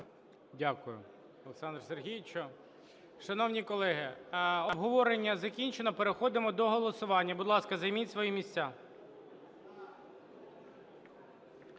Дякую, Олександре Сергійовичу. Шановні колеги, обговорення закінчено, переходимо до голосування, будь ласка, займіть свої місця.